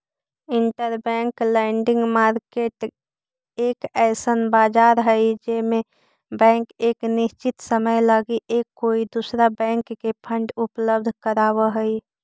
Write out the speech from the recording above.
interbank lending market एक अइसन बाजार हई जे में बैंक एक निश्चित समय लगी एक कोई दूसरा बैंक के फंड उपलब्ध कराव हई